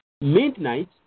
midnight